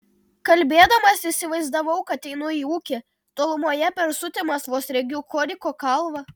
kalbėdamas įsivaizdavau kad einu į ūkį tolumoje per sutemas vos regiu koriko kalvą